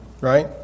Right